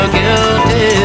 guilty